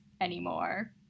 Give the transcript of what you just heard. anymore